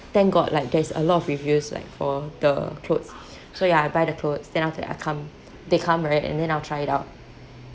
then got like there's a lot of reviews like for the clothes so ya I buy the clothes then after that I come they come right and then I'll try it out